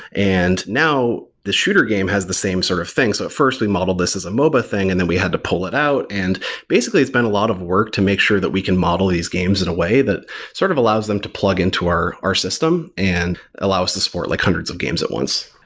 and now the shooter game has the same sort of thing. so at first we modeled this is a mobile thing and then we had to pull it out. and basically, it's been a lot of work to make sure that we can model these games in a way that it sort of allows them to plug into our our system and allows us to support like hundreds of games at once.